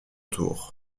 tour